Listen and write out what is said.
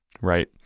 Right